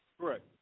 Correct